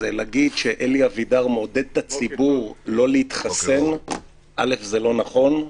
אז להגיד שאלי אבידר מעודד את הציבור לא להתחסן זה לא נכון,